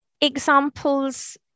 examples